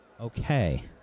Okay